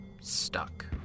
stuck